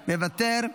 מוותר,